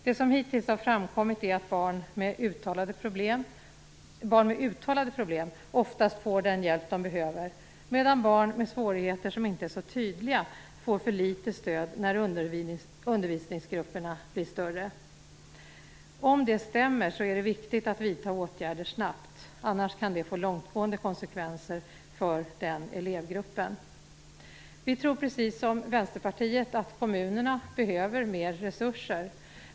Det som hittills har framkommit är att barn med uttalade problem oftast får den hjälp de behöver, medan barn med svårigheter som inte är så tydliga får för litet stöd när undervisningsgrupperna blir större. Om det stämmer är det viktigt att vidta åtgärder snabbt, annars kan det få långtgående konsekvenser för den elevgruppen. Vi tror precis som Vänsterpartiet att kommunerna behöver mer resurser.